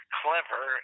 clever